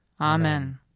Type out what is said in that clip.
Amen